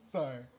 Sorry